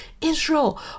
Israel